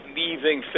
leaving